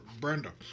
Brenda